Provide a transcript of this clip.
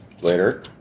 later